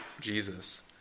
Jesus